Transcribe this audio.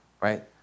Right